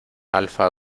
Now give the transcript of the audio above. alfa